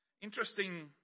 Interesting